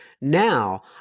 Now